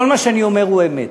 כל מה שאני אומר הוא אמת.